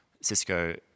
Cisco